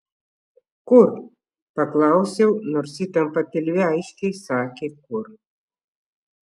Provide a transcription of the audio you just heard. kur paklausiau nors įtampa pilve aiškiai sakė kur